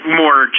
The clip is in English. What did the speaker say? more